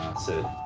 so